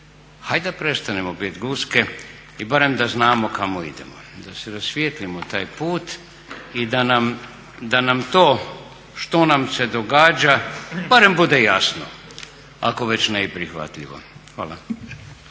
Hajde da prestanemo biti guske i barem da znamo kamo idemo, da si rasvijetlimo taj put i da nam to što nam se događa barem bude jasno, ako već ne i prihvatljivo. Hvala.